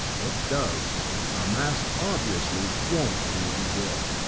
it does. a mask obviously won't do any good.